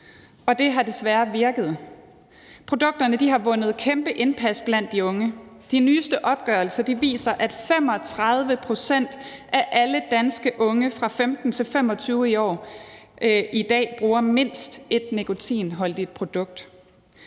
og det har desværre virket. Produkterne har vundet kæmpe indpas blandt de unge. De nyeste opgørelser viser, at 35 pct. af alle danske unge fra 15 til 25 år i dag bruger mindst ét nikotinholdigt produkt.